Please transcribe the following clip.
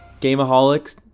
Gameaholics